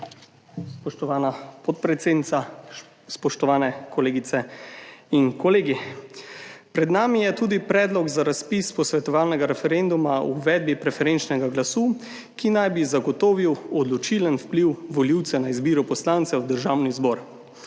Spoštovana podpredsednica, spoštovani kolegice in kolegi! Pred nami je tudi Predlog za razpis posvetovalnega referenduma o uvedbi preferenčnega glasu, ki naj bi zagotovil odločilen vpliv volivcev na izbiro poslancev v Državni zbor,